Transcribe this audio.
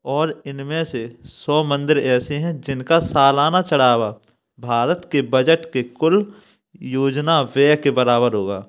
और इनमें से सौ मंदिर ऐसे हैं जिनका सालाना चढ़ावा भारत के बज़ट के कुल योजना व्यय के बराबर होगा